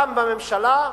גם בממשלה,